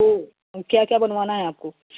तो क्या क्या बनवाना है आपको